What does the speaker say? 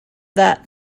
that